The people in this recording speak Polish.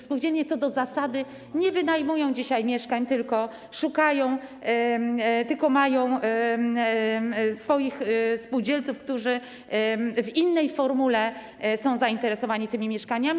Spółdzielnie co do zasady nie wynajmują dzisiaj mieszkań, tylko szukają, mają swoich spółdzielców, którzy w innej formule są zainteresowani tymi mieszkaniami.